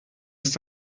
ist